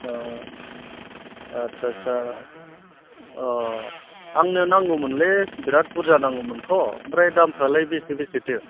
आट्चा आट्चा अ आंनो नांगौमोनलै बिराद बुरजा नांगौमोनथ' ओमफ्राय दामफ्रालाय बेसे बेसेथो